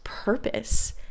Purpose